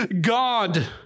God